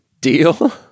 Deal